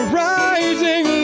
rising